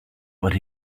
but